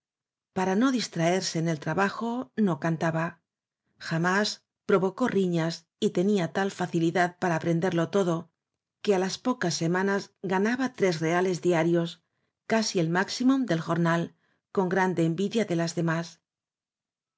para no distraerse en el trabajo no cantaba jamás provocó riñas y tenía tal facilidad para apren derlo todo que á las pocas semanas ganaba tres reales diarios casi el máximum del jornal con grande envidia de las demás